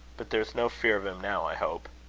but there is no fear of him now, i hope.